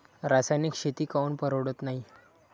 रासायनिक शेती काऊन परवडत नाई?